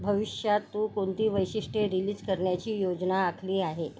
भविष्यात तू कोणती वैशिष्ट्ये रिलीज करण्याची योजना आखली आहे